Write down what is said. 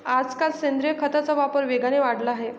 आजकाल सेंद्रिय खताचा वापर वेगाने वाढला आहे